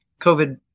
COVID